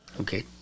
Okay